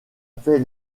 fait